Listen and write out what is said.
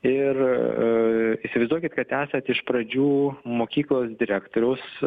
ir įsivaizduokit kad esat iš pradžių mokyklos direktoriaus